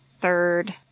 Third